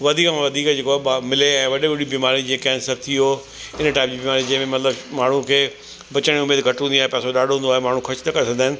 वधीक मां वधीक जेको आहे मिले ऐं वॾियूं वॾियूं बीमारियूं जेके आहिनि सभु थियो इन टाइप जी बीमारियूं जंहिंमे मतिलबु माण्हू खे बचण जी उमेदु घटि हूंदी आहे पैसो ॾाढो हूंदो आहे माण्हू ख़र्च न करे सघंदा आहिनि